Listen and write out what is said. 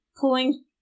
pulling